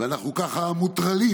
ואנחנו ככה מוטרלים.